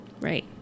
Right